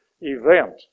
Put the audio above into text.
event